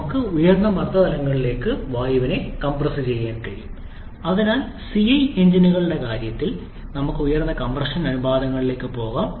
നമുക്ക് ഉയർന്ന മർദ്ദമുള്ള തലങ്ങളിലേക്ക് വായു കംപ്രസ് ചെയ്യാൻ കഴിയും അതിനാൽ സിഐ എഞ്ചിനുകളുടെ കാര്യത്തിൽ നമുക്ക് ഉയർന്ന കംപ്രഷൻ അനുപാതങ്ങളിലേക്ക് പോകാം